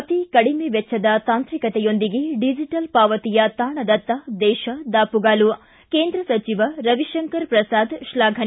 ಅತಿಕಡಿಮೆ ವೆಚ್ಚದ ತಾಂತ್ರಿಕತೆಯೊಂದಿಗೆ ಡಿಜೆಟಲ್ ಪಾವತಿಯ ತಾಣದತ್ತ ದೇಶ ದಾಪುಗಾಲು ಕೇಂದ್ರ ಸಚಿವ ರವಿಶಂಕರ್ ಪ್ರಸಾದ್ ಶ್ಲಾಫನೆ